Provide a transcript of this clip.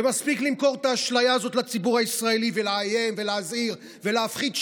ומספיק למכור את האשליה הזאת לציבור הישראלי ולאיים ולהזהיר ולהפחיד.